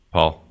Paul